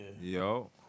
Yo